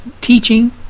teaching